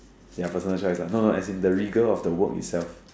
ya personal choice lah no no the rigor of the work itself